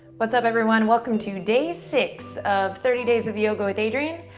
what's up, everyone? welcome to day six of thirty days of yoga with adriene.